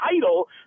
title